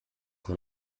man